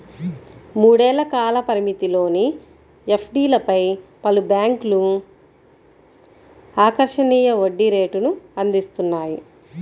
మూడేళ్ల కాల పరిమితిలోని ఎఫ్డీలపై పలు బ్యాంక్లు ఆకర్షణీయ వడ్డీ రేటును అందిస్తున్నాయి